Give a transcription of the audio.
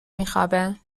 میخوابه